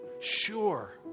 sure